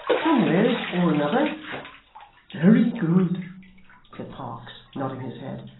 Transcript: somewheres or another very good said parkes, nodding his head.